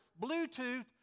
Bluetooth